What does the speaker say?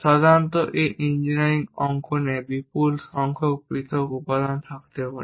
সাধারণত এই ইঞ্জিনিয়ারিং অঙ্কনে বিপুল সংখ্যক পৃথক উপাদান থাকতে পারে